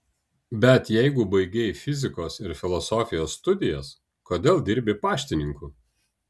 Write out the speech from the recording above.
bet jeigu baigei fizikos ir filosofijos studijas kodėl dirbi paštininku